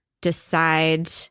decide